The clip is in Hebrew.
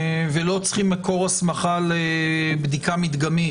ולא צריכים מקור הסמכה לבדיקה מדגמית